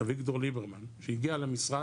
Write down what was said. אביגדור ליברמן כשהגיע למשרד,